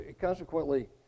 consequently